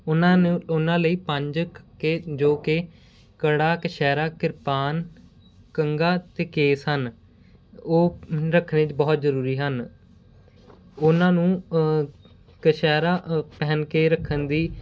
ਉਹਨਾਂ ਨੂੰ ਉਹਨਾਂ ਲਈ ਪੰਜ ਕੱਕੇ ਜੋ ਕਿ ਕੜਾ ਕਛਹਿਰਾ ਕਿਰਪਾਨ ਕੰਘਾ ਅਤੇ ਕੇਸ ਹਨ ਉਹ ਰੱਖਣੇ ਬਹੁਤ ਜ਼ਰੂਰੀ ਹਨ ਉਹਨਾਂ ਨੂੰ ਕਛਹਿਰਾ ਅ ਪਹਿਣ ਕੇ ਰੱਖਣ ਦੀ